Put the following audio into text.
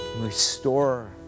Restore